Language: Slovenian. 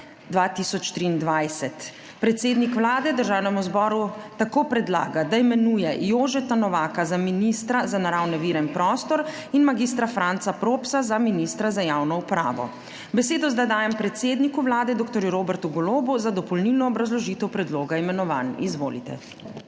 Vlade Državnemu zboru tako predlaga, da imenuje Jožeta Novaka za ministra za naravne vire in prostor in mag. Franca Propsa za ministra za javno upravo. Besedo zdaj dajem predsedniku Vlade dr. Robertu Golobu za dopolnilno obrazložitev predloga imenovanj. Izvolite.